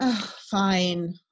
fine